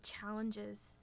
challenges